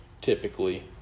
typically